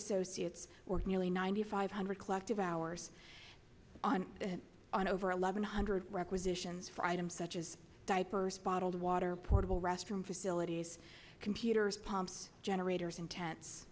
associates work nearly ninety five hundred collective hours on on over eleven hundred requisitions for items such as diapers bottled water portable restroom facilities computers pumps generators in ten